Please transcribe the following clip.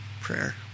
prayer